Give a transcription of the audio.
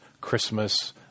Christmas